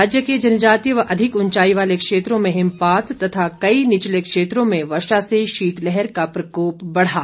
राज्य के जनजातीय व अधिक ऊंचाई वाले क्षेत्रों में हिमपात तथा कई निचले क्षेत्रों में वर्षा से शीतलहर का प्रकोप बढ़ा